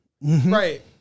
Right